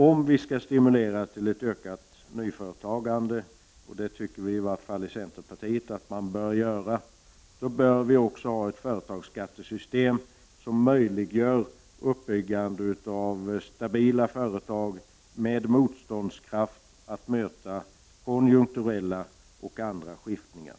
Om vi skall stimulera till ett ökat nyföretagande — vilket i varje fall centern tycker att vi skall göra — bör vi ha ett företagsbeskattningssystem som möjliggör uppbyggande av stabila företag med motståndskraft när det gäller konjunkturella och andra skiftningar.